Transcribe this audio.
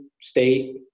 state